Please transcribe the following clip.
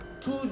two